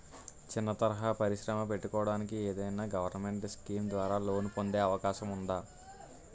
చిన్న తరహా పరిశ్రమ పెట్టుకోటానికి ఏదైనా గవర్నమెంట్ స్కీం ద్వారా లోన్ పొందే అవకాశం ఉందా?